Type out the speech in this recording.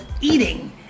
eating